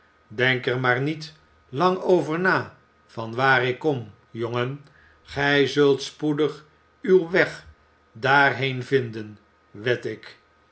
er maar niet lang over na van waar ik kom jongen oij zult spoedig uw weg daarheen vinden wed ik